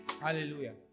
Hallelujah